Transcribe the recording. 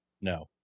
No